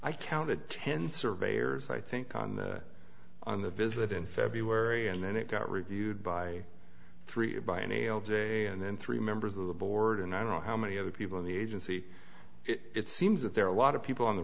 i counted ten surveyors i think on the on the visit in february and then it got reviewed by three by any old day and then three members of the board and i don't know how many other people in the agency it seems that there are a lot of people on the